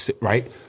Right